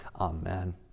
Amen